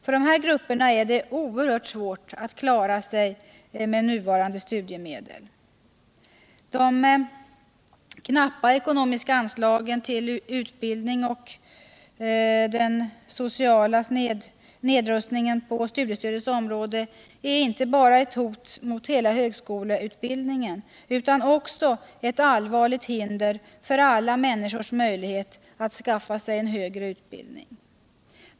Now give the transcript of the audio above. För dessa grupper är det oerhört svårt att klara sig med nuvarande studiemedel. De knappa ekonomiska anslagen till utbildning och den sociala nedrustningen på studiestödets område är inte bara ett hot mot hela högskoleutbildningen utan även ett allvarligt hinder för alla människors möjlighet att skaffa sig en högre utbildning.